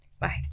Bye